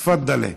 תפדלי.